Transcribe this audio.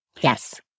Yes